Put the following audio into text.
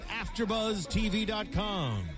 AfterBuzzTV.com